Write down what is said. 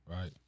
right